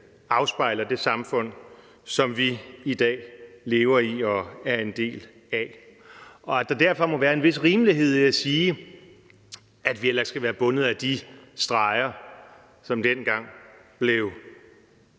afspejler det samfund, som vi i dag lever i og er en del af, og at der derfor må være en vis rimelighed i at sige, at vi heller ikke skal være bundet af de streger, som dengang blev